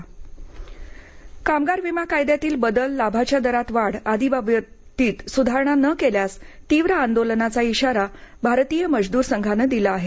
भारतीय मजदूर संघ कामगार विमा कायदयातील बदल लाभाच्या दरात वाढ आदी बाबतीत सुधारणा न केल्यास तीव्र आंदोलनाचा इशारा भारतीय मजदूर संघाने दिला आहे